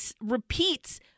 repeats